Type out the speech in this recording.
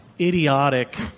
idiotic